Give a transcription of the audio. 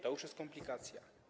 To już jest komplikacja.